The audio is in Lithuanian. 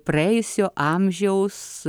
praėjusio amžiaus